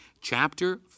Chapter